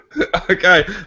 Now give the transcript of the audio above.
Okay